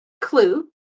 clue